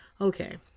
okay